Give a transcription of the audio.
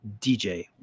DJ